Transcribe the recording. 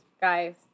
guys